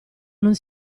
non